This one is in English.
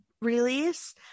release